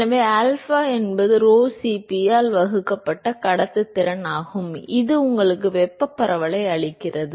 எனவே ஆல்பா என்பது rho Cp ஆல் வகுக்கப்பட்ட கடத்துத்திறன் ஆகும் இது உங்களுக்கு வெப்பப் பரவலை அளிக்கிறது